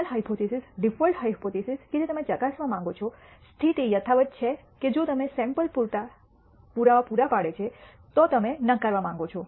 null hypothesis default hypothesis કે જે તમે ચકાસવા માંગો છો સ્થિતિ યથાવત્ છે કે જો તમે સેમ્પલ સમૂહ પૂરતા પુરાવા પૂરા પાડે છે તો તમે નકારવા માંગો છો